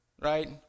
right